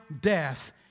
death